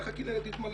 אבל אך הכינרת תתמלא?